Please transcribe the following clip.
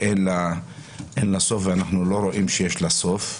שאין לה סוף ואנחנו לא רואים שיש לה סוף.